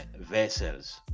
vessels